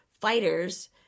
fighters